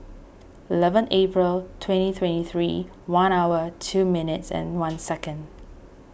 eleven April twenty twenty three one hour two minutes and one second